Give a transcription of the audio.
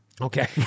Okay